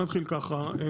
זה?